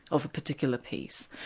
of a particular piece,